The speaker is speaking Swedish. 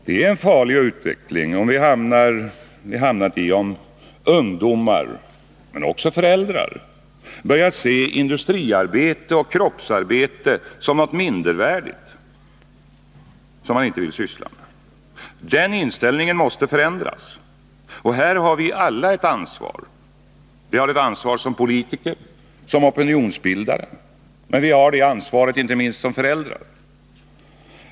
Det är en farlig utveckling vi hamnat i om ungdomar, men också föräldrar, börjat se industriarbete och kroppsarbete som något mindervärdigt som man inte vill syssla med. Den inställningen måste förändras. Här har vi alla ett ansvar. Vi har ett ansvar som politiker och som opinionsbildare, men vi har det ansvaret inte minst som föräldrar.